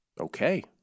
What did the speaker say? Okay